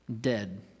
dead